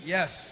Yes